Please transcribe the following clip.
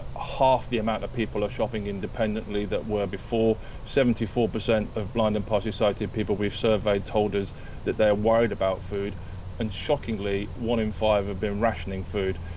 half the amount of people are shopping independently that were before. seventy four percent of blind and partially sighted people we've surveyed told us that their worried about food and shockingly, one in five have been rationing food.